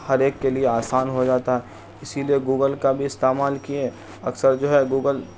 ہر ایک کے لیے آسان ہو جاتا ہے اسی لیے گوگل کا بھی استعمال کیے اکثر جو ہے گوگل